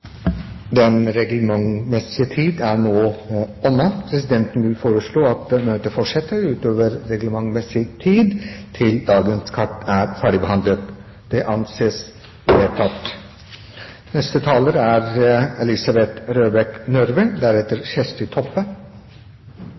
Den reglementsmessige tid er nå omme. Presidenten vil foreslå at møtet fortsetter utover den reglementsmessige tid til dagens kart er ferdigbehandlet. – Det anses vedtatt. For mange familier med funksjonshemmede barn er